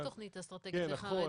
יש תכנית אסטרטגית לחרדים,